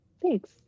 thanks